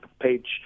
page